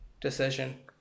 decision